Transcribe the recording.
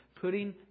putting